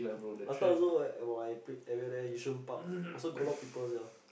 last time also at my place at near there Yishun-Park also got a lot of people sia